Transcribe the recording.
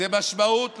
לא.